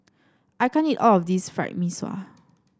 I can't eat all of this Fried Mee Sua